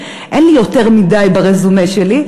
ואין לי יותר מדי ברזומה שלי.